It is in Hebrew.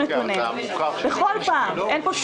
אפשר שאלה?